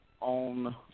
on